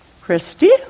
Christy